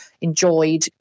enjoyed